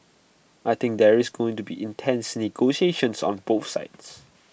I think there is going to be intense negotiations on both sides